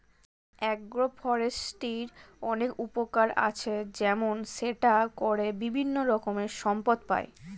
agro ফরেস্ট্রির অনেক উপকার আছে, যেমন সেটা করে বিভিন্ন রকমের সম্পদ পাই